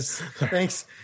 Thanks